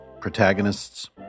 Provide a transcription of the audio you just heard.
protagonists